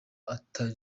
atari